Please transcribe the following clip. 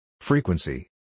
Frequency